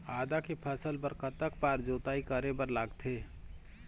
आदा के फसल बर कतक बार जोताई करे बर लगथे?